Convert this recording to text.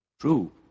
True